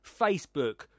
Facebook